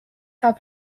have